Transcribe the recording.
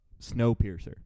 Snowpiercer